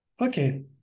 Okay